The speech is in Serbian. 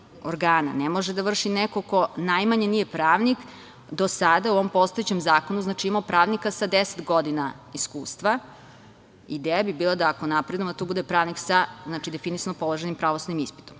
ne može da vrši neko ko najmanje nije pravnik. Do sada, u ovom postojećem zakonu, imamo pravnika sa deset godina iskustva i ideja bi bila da ako napravimo da to bude pravnik sa definisano položenim pravosudnim ispitom.